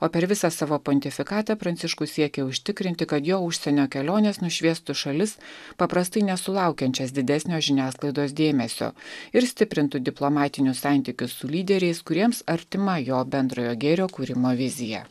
o per visą savo pontifikatą pranciškus siekia užtikrinti kad jo užsienio kelionės nušviestų šalis paprastai nesulaukiančias didesnio žiniasklaidos dėmesio ir stiprintų diplomatinius santykius su lyderiais kuriems artima jo bendrojo gėrio kūrimo vizija